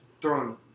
throwing